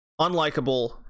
unlikable